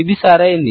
ఇది సరైనది